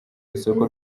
isoko